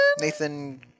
nathan